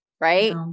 right